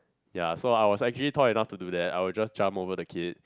ya so I was actually tall enough to do that I will just jump over the kid